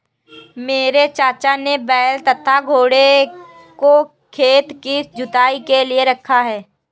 मेरे चाचा ने बैल तथा घोड़ों को खेत की जुताई के लिए रखा है